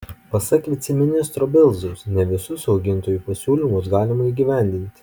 pasak viceministro belzaus ne visus augintojų pasiūlymus galima įgyvendinti